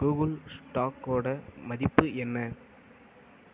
Google ஸ்டாக்கோட மதிப்பு என்ன